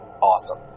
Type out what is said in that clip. awesome